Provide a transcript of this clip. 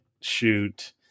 shoot